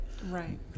right